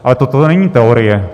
Ale toto není teorie.